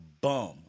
bum